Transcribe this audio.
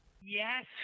Yes